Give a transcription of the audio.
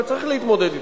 וצריך להתמודד אתה.